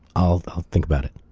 i'll think about it.